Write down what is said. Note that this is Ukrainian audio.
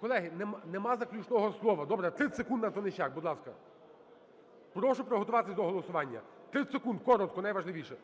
Колеги, немає заключного слова. Добре, 30 секунд, Антонищак. Будь ласка. Прошу приготуватись до голосування. 30 секунд. Коротко. Найважливіше.